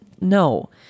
No